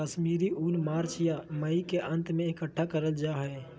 कश्मीरी ऊन मार्च या मई के अंत में इकट्ठा करल जा हय